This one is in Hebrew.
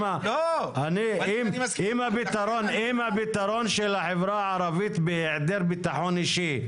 אם הפתרון של החברה הערבית, בהיעדר ביטחון אישי,